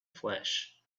flesh